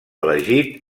elegit